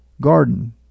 garden